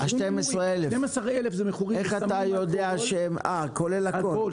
12 אלף מכורים לסמים ולאלכוהול, כולל הכול.